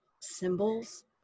symbols